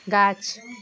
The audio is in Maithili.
गाछ